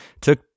took